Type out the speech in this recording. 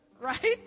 Right